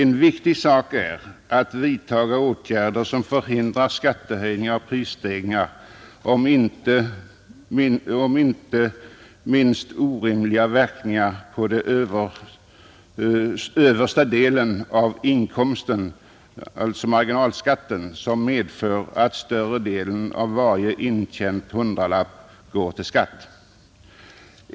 En viktig sak är att vidta åtgärder som förhindrar skattehöjning och prisstegringar samt, inte minst, orimliga verkningar på den översta delen av inkomsten — alltså marginalskatten — som medför att större delen av varje hundralapp går till skatt.